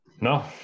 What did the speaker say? No